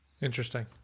Interesting